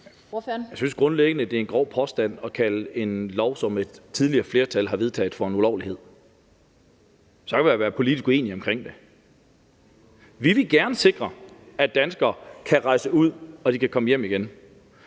grundlæggende, det er en grov påstand at kalde en lov, som et tidligere flertal har vedtaget, for en ulovlighed. Så kan man være politisk uenige omkring det. Vi vil gerne sikre, at danskere kan rejse ud, og at de kan komme hjem igen.